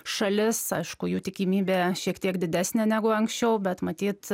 šalis aišku jų tikimybė šiek tiek didesnė negu anksčiau bet matyt